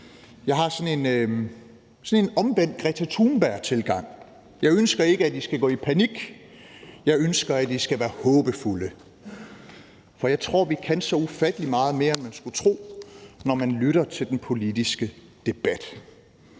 Jeg har sådan en omvendt Greta Thunberg-tilgang. Jeg ønsker ikke, at I skal gå i panik; jeg ønsker, at I skal være håbefulde, for jeg tror, at vi kan så ufattelig meget mere, end man skulle tro, når man lytter til den politiske debat.